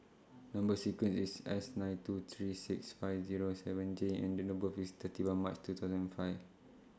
Number sequence IS S nine two three six five Zero seven J and Date of birth IS thirty one March two thousand five